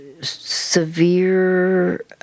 Severe